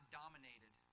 dominated